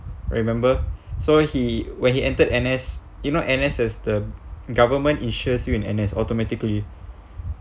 remember so he when he entered N_S you know N_S is the government insures you in N_S automatically